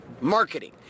Marketing